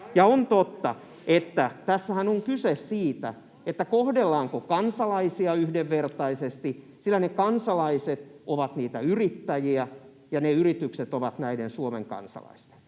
On totta, että tässähän on kyse siitä, kohdellaanko kansalaisia yhdenvertaisesti, sillä ne kansalaiset ovat niitä yrittäjiä ja ne yritykset ovat näiden Suomen kansalaisten.